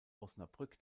osnabrück